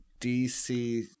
DC